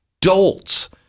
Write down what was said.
dolts